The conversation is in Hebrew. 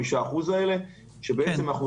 ב-2019 הוקצו 2.5%. אתם רוצים להאריך את הוראת השעה,